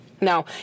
No